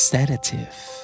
Sedative